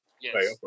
Yes